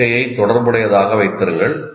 ஒத்திகையை தொடர்புடையதாக வைத்திருங்கள்